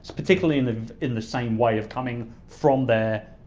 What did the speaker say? particularly in the in the same way of coming from there,